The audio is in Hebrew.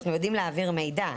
אנחנו יודעים להעביר מידע,